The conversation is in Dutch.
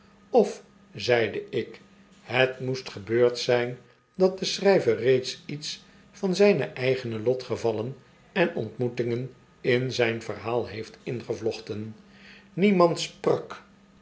of zeide ik het moest gebeurd zijn dat de schrijver reeds iets van zijne eigene lotgevallen en ontmoetingen in zijn verhaal heeft ingevlochten niemand sprak